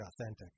authentic